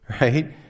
Right